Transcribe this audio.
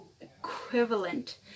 equivalent